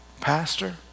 Pastor